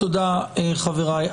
תודה, חבריי.